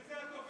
מי זה הטובים?